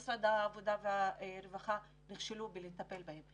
משרד העבודה והרווחה נכשל בלטפל בהם.